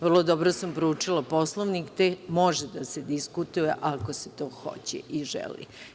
Vrlo dobro sam proučila Poslovnik, te može da se diskutuje ako se to hoće i želi.